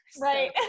Right